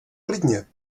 klidně